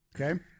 Okay